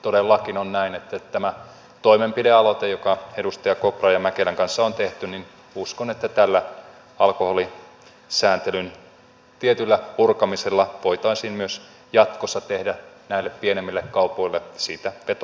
todellakin on näin että uskon että tällä toimenpidealoitteella joka edustaja kopran ja mäkelän kanssa on tehty tällä alkoholisääntelyn tietyllä purkamisella voitaisiin myös jatkossa tehdä näille pienemmille kaupoille siitä vetovoimatekijä